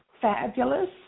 Fabulous